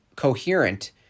coherent